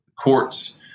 courts